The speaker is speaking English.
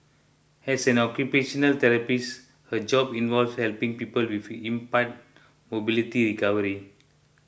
as an occupational therapist her job involves helping people with impaired mobility recovery